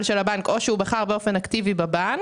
של הבנק או שהוא בחר באופן אקטיבי בבנק,